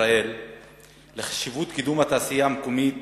בישראל לחשיבות קידום התעשייה המקומית